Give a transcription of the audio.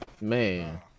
Man